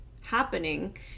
happening